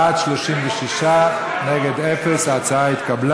ההצעה להעביר